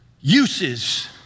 uses